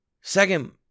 second